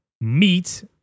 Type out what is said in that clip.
meat